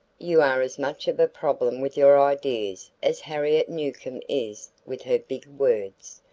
you are as much of a problem with your ideas as harriet newcomb is with her big words.